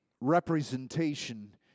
representation